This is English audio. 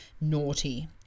naughty